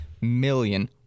million